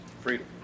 Freedom